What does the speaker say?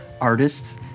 artists